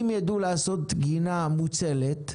אם ידעו לעשות גינה מוצלת,